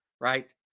right